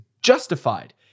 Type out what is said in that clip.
justified